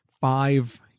five